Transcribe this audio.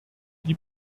die